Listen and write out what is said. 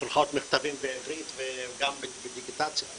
שולחות מכתבים בעברית וגם בדיגיטציה.